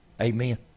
Amen